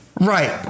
Right